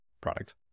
product